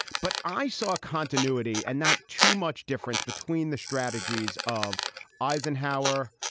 but i saw continuity and not too much difference between the strategies of eisenhower,